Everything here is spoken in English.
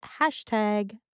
Hashtag